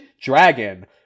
Dragon